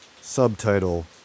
Subtitle